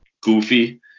goofy